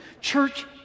church